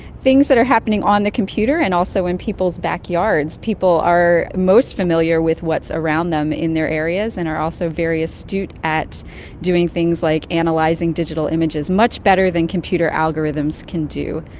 things that are happening on the computer and also in people's backyards. people are most familiar with what's around them in their areas and are also very astute at doing things like and like analysing digital images, much better than computer algorithms can do.